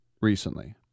Recently